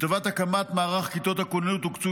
לטובת הקמת מערך כיתות הכוננות הוקצו